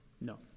No